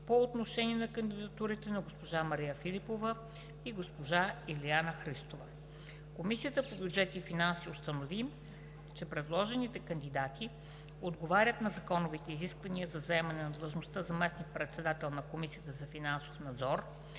по отношение на кандидатурите на госпожа Мария Филипова и госпожа Илиана Христова. Комисията по бюджет и финанси установи, че предложените кандидати отговарят на законовите изисквания за заемане на длъжността заместник-председател на Комисията за финансов надзор.